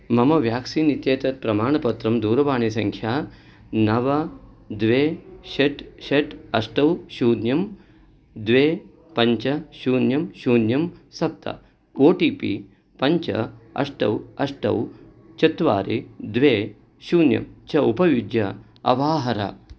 मम व्याक्सीन् इत्येतत् प्रमाणपत्रं दूरवाणीसङ्ख्या नव द्वे षट् षट् अष्ट शून्यं द्वे पञ्च शून्यं शून्यं सप्त ओ टि पि पञ्च अष्ट अष्ट चत्वारि द्वे शून्यं च उपयुज्य अवाहर